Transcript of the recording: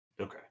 Okay